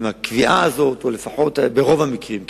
לקביעה הזאת, לפחות ברוב המקרים.